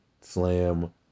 Slam